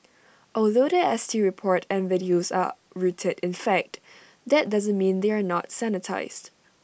although The S T report and videos are rooted in fact that doesn't mean they are not sanitised